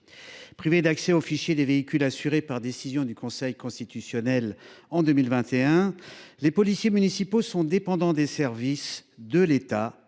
Privés d’accès au fichier des véhicules assurés (FVA) par une décision du Conseil constitutionnel de 2021, les policiers municipaux sont dépendants des services de l’État